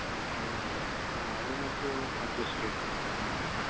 രണ്ടായിരം മൂവായിരം ആ അത് നമുക്ക് അഡ്ജസ്റ്റ് ചെയ്യാം ഉം